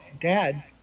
dad